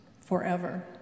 forever